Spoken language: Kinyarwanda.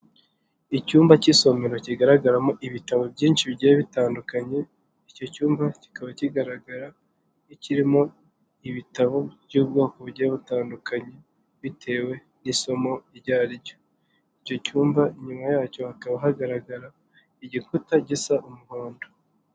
lcyumba cy'isomero kigaragaramo ibitabo byinshi bigiye bitandukanye, icyo cyumba kikaba kigaragara nk'ikirimo ibitabo by'ubwoko bugiye butandukanye, bitewe n'isomo iryo ari ryo. lcyo cyumba inyuma yacyo hakaba hagaragara igikuta gisa umuhondo.